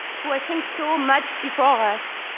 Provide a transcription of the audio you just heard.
who i think saw, much before us,